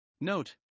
Note